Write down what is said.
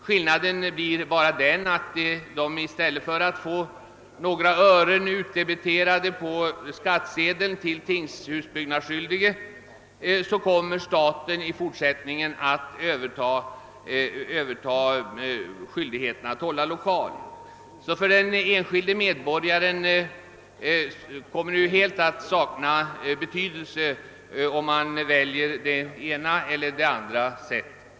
Skillnaden blir bara den, att de i stället för att få några ören utdebiterade på skattsedeln till tingshusbyggnadsskyldige, staten i fortsättningen kommer att överta skyldigheten att hålla lokal. För den enskilde medborgaren kommer det helt att sakna betydelse, om man väljer det ena eller andra sättet.